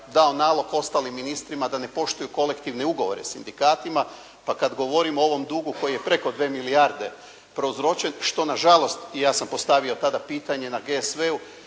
dao nalog ostalim ministrima da ne poštuju kolektivne ugovore sindikatima pa kad govorim o ovom dugu koji je preko dvije milijarde prouzročen što nažalost i ja sam postavio tada pitanje na GSV-u